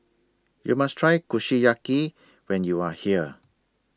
YOU must Try Kushiyaki when YOU Are here